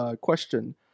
question